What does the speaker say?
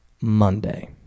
Monday